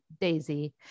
Daisy